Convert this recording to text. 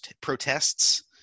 protests